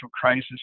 crisis